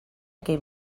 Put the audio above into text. aquell